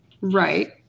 Right